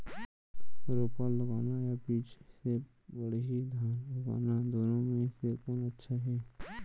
रोपा लगाना या बीज से पड़ही धान उगाना दुनो म से कोन अच्छा हे?